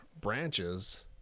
branches